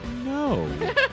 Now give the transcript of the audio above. no